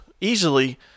easily